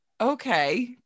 Okay